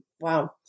Wow